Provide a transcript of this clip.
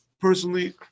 Personally